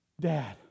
Dad